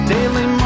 Daily